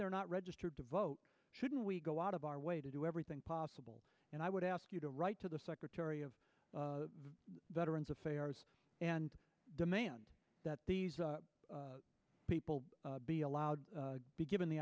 they're not registered to vote shouldn't we go out of our way to do everything possible and i would ask you to write to the secretary of veterans affairs and demand that these people be allowed to be given the